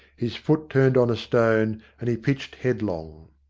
his foot turned on a stone, and he pitched headlong.